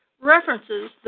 references